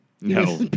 No